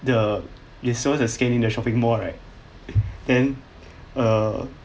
the you saw the scanning in the shopping mall right then err